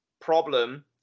problem